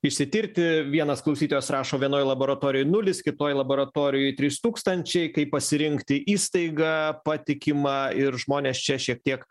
išsitirti vienas klausytojas rašo vienoj laboratorijoj nulis kitoj laboratorijoj trys tūkstančiai kaip pasirinkti įstaigą patikimą ir žmonės čia šiek tiek